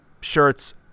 shirts